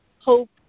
hope